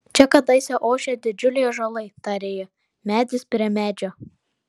čia kadaise ošė didžiuliai ąžuolai tarė ji medis prie medžio